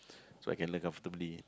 so I can learn comfortably